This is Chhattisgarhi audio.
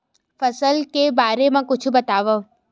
फसल के बारे मा कुछु बतावव